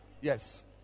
Yes